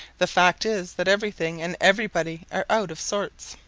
the fact is that everything and everybody are out of sorts.